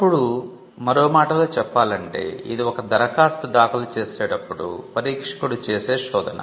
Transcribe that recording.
ఇప్పుడు మరో మాటలో చెప్పాలంటే ఇది ఒక దరఖాస్తు దాఖలు చేసినప్పుడు పరీక్షకుడు చేసే శోధన